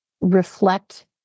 reflect